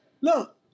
Look